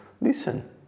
listen